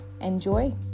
enjoy